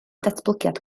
datblygiad